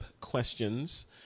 questions